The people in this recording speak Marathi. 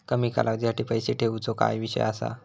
कमी कालावधीसाठी पैसे ठेऊचो काय विषय असा?